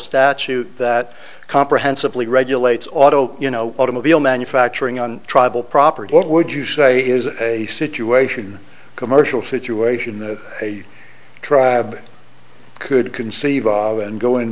statute that comprehensively regulates auto you know automobile manufacturing on tribal property what would you say is a situation commercial situation that a tribe could conceive of and go in